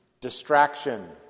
Distraction